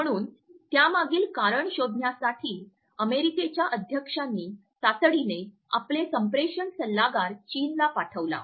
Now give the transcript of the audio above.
म्हणून त्यामागील कारण शोधण्यासाठी अमेरिकेच्या अध्यक्षांनी तातडीने आपला संप्रेषण सल्लागार चीनला पाठवला